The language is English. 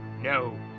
No